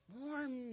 warm